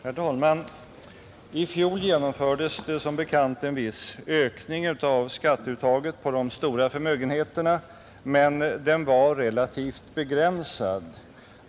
Herr talman! I fjol genomfördes som bekant en viss ökning av skatteuttaget för de stora förmögenheterna, men den var relativt begränsad.